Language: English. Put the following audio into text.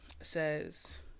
says